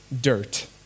Dirt